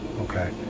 okay